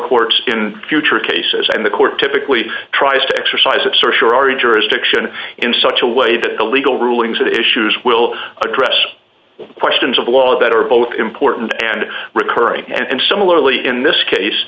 court in future cases and the court typically tries to exercise its search for a jurisdiction in such a way that the legal rulings that issues will address questions of law that are both important and recurring and similarly in this case